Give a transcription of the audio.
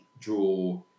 draw